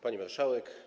Pani Marszałek!